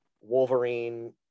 Wolverine